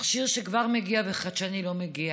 מכשיר חדשני כבר מגיע, לא מגיעים,